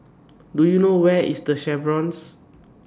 Do YOU know Where IS The Chevrons